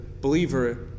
believer